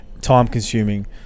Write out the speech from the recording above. time-consuming